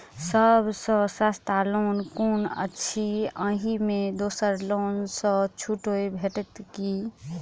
सब सँ सस्ता लोन कुन अछि अहि मे दोसर लोन सँ छुटो भेटत की?